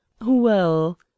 Well